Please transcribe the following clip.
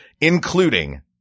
including –